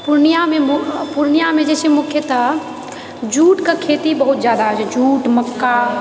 पूर्णियाँमे मुख्य पूर्णियाँमे जेछै मुख्यतः जूटके खेती बहुत जादा होइछेै जूट मक्का